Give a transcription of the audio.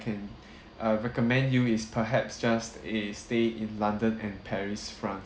can uh recommend you is perhaps just a stay in london and paris france